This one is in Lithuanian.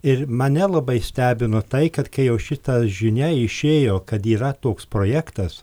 ir mane labai stebino tai kad kai jau šita žinia išėjo kad yra toks projektas